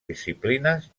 disciplines